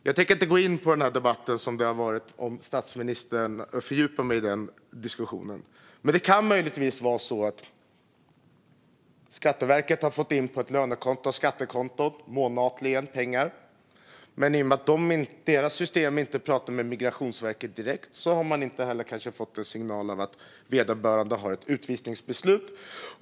Jag tänker inte gå in på debatten om statsministern och fördjupa mig i den diskussionen, men det kan möjligtvis vara så att Skatteverket månatligen har fått in pengar på ett skattekonto men att de, eftersom deras system inte pratar direkt med Migrationsverkets, inte har fått någon signal om att vederbörande har ett utvisningsbeslut.